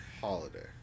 holiday